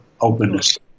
openness